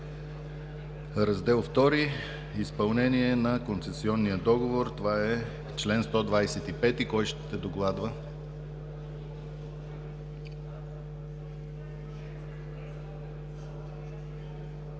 „Раздел ІI – Изпълнение на концесионния договор“. Това е чл. 125. Кой ще докладва?